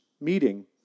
meeting